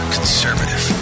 Conservative